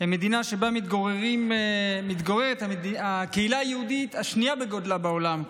מדינה שבה מתגוררת הקהילה היהודית השנייה בגודלה בעולם,